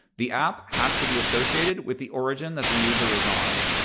the app has to be associated with the origin that the user is on.